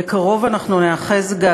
מיכאלי מבקשת להוסיף את קולה